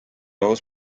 õhus